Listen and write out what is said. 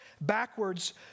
backwards